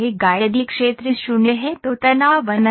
यदि क्षेत्र 0 है तो तनाव अनंत है